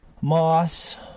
Moss